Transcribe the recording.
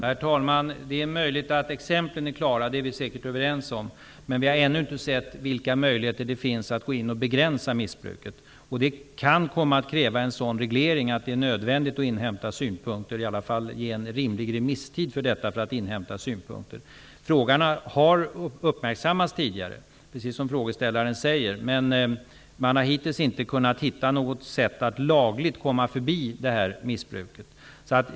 Herr talman! Det är möjligt att exemplen är klara. Det är vi säkert överens om. Men vi har ännu inte sett vilka möjligheter det finns att gå in och begränsa missbruket. Det kan komma att kräva en sådan reglering att det är nödvändigt att inhämta synpunkter och ge en rimlig remisstid för detta. Frågan har uppmärksammats tidigare, precis som frågeställaren säger, men man har hittills inte kunnat hitta något sätt att lagligt komma förbi det här missbruket.